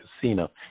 casino